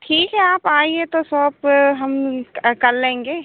ठीक है आप आइए तो सोप हम कर लेंगे